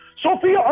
Sophia